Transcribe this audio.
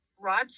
Rod